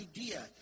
idea